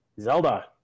Zelda